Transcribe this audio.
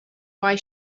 why